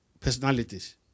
personalities